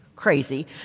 crazy